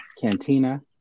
Cantina